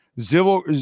Zero